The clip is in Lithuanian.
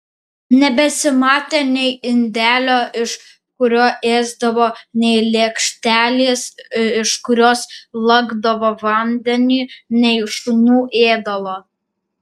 nebesimatė nei indelio iš kurio ėsdavo nei lėkštelės iš kurios lakdavo vandenį nei šunų ėdalo